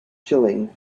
chilling